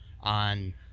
on